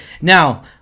now